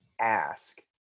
ask